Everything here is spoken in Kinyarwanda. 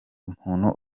umuntu